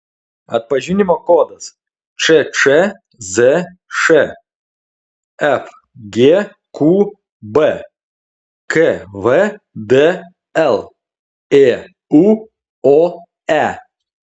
atpažinimo kodas ččzš fgqb kvdl ėuoe